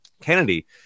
Kennedy